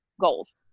goals